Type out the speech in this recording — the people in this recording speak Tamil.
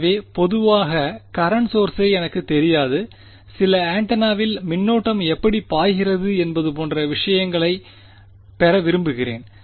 எனவே பொதுவாக கரண்ட் சோர்ஸை எனக்குத் தெரியாது சில ஆண்டெனாவில் மின்னோட்டம் எப்படி பாய்கிறது என்பது போன்ற விவரங்களை பெற விரும்புகிறேன்